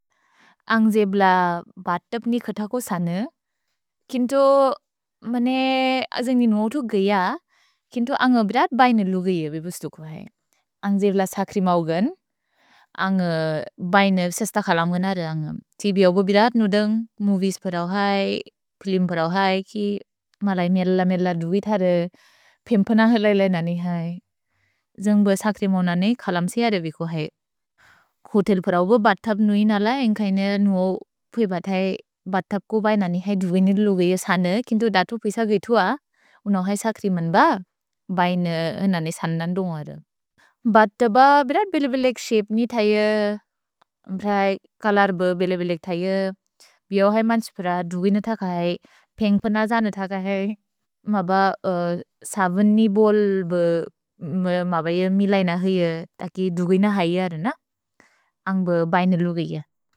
अन्ग् जेब् ल बतप् नि खतको सन, केन्तो मने अजन्ग् निन ओतु गय, केन्तो अन्ग बिदत् बैन लुगैअ बिबुस्तु को है। अन्ग् जेब् ल सक्रिमौगन्, अन्ग् बैन सेस्त खलम्गन र अन्ग् तिबि ओबो बिदत् नुदन्ग् मोविएस् परौ है, प्लिम् परौ है, कि मलै मेल मेल दुवि थर पेम्पन हलैल ननि है। जेन्ग् ब सक्रिमौगन नेइ खलम् सिय र विको है। होतेल् परौ ब बतप् नुइन ल, एन्ग्कैन नुओ पुइ बतै बतप् को बैन ननि है दुवि निल लुगैअ सन, केन्तो दतु पेस गैतुअ, उनोहै सक्रिमन् ब बैन ननि सन नन्दुन्ग र। भतप् ब बिदत् बिले बिलेक् सेप् नि थये, ब्रै कलर् ब बिले बिलेक् थये, बिओहै मन्स् पर दुवि न थक है, पेम्पन जन थक है, मब सवन् नि बोल् ब मबय मिलैन हैअ, तकि दुवि न हैअ रन, अन्ग् ब बैन लुगैअ।